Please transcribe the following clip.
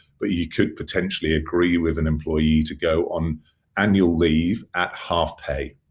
but you could potentially agree with an employee to go on annual leave at half pay.